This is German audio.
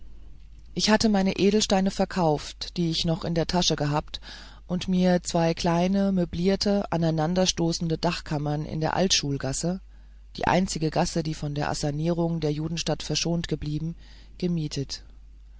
ich hatte meine edelsteine verkauft die ich noch in der tasche gehabt und mir zwei kleine möblierte aneinanderstoßende dachkammern in der altschulgasse die einzige gasse die von der assanierung der judenstadt verschont geblieben gemietet